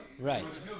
Right